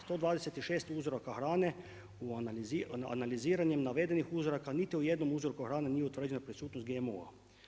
126 uzoraka hrane analiziranjem navedenih uzoraka niti u jednom uzorku hrane nije utvrđena prisutnost GMO-a.